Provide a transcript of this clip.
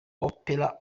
opera